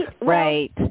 Right